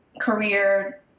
career